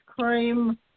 cream